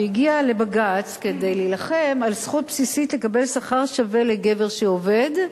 והיא הגיעה לבג"ץ כדי להילחם על זכות בסיסית לקבל שכר שווה לגבר שעובד,